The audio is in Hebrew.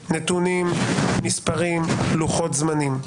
נתונים, מספרים, לוחות זמנים.